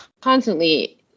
constantly